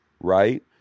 right